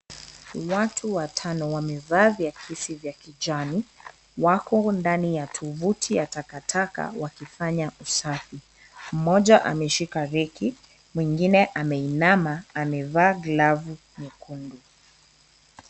Watu watano wamevaa viakisi vya kijani, wako ndani ya tuvuti ya takataka wakifanya usafi. Mmoja ameshika reki, mwingine ameinama amevaa glavu nyekundu.